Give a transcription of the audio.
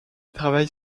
travaille